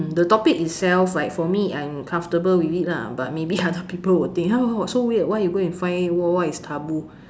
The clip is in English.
mm the topic itself like for me I am comfortable with it lah but maybe other people will think !huh! no so weird why you go and find what what is taboo